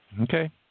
Okay